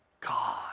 God